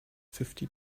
fifty